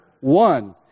one